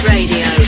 Radio